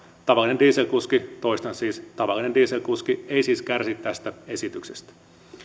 tavallinen dieselkuski toistan tavallinen dieselkuski ei siis kärsi tästä esityksestä